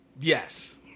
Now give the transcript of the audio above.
Yes